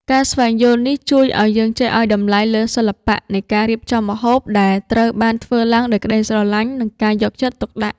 ការស្វែងយល់នេះជួយឱ្យយើងចេះឱ្យតម្លៃលើសិល្បៈនៃការរៀបចំម្ហូប ដែលត្រូវបានធ្វើឡើងដោយក្តីស្រឡាញ់ និងការយកចិត្តទុកដាក់។